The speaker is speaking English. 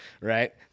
Right